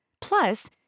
Plus